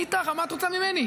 אני איתך, מה את רוצה ממני?